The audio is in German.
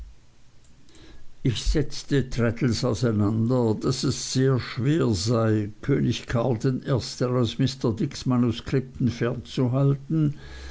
ich setzte traddles auseinander daß es sehr schwer sei könig karl i aus mr dicks manuskripten